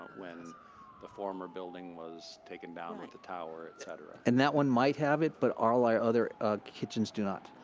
when and the former building was taken down with like the tower, et cetera. and that one might have it but all our other kitchens do not.